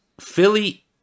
Philly